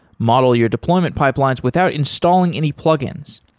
model your deployment pipelines without installing any plug-ins.